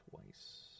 twice